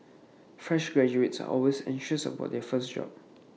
fresh graduates are always anxious about their first job